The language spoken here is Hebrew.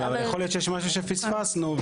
יכול להיות משהו שפספסנו.